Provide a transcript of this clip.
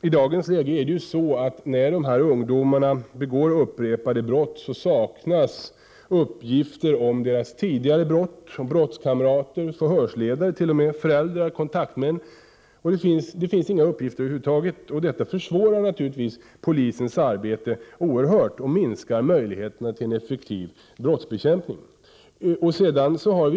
I dagens läge är det så att när ungdomar begår upprepade brott saknas uppgifter om deras tidigare brott, om brottskamrater, om förhörsledare, t.o.m. om föräldrar och kontaktmän. Det finns inga uppgifter över huvud taget. Det försvårar naturligtvis polisens arbete oerhört och minskar möjligheterna till en effektiv brottsbekämpning.